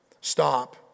Stop